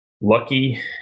lucky